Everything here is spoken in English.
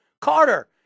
Carter